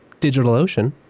DigitalOcean